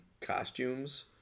costumes